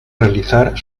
realizar